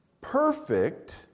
perfect